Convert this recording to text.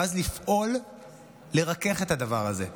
ואז לפעול לרכך את הדבר הזה,